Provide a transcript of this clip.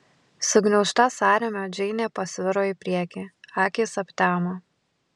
sugniaužta sąrėmio džeinė pasviro į priekį akys aptemo